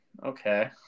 Okay